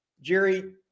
Jerry